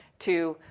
to,